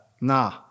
nah